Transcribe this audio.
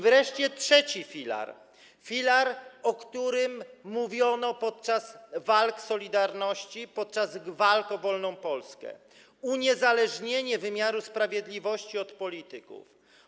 wreszcie trzeci filar, o którym mówiono podczas walk „Solidarności”, podczas walk o wolną Polskę - uniezależnienie wymiaru sprawiedliwości od polityków.